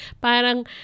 parang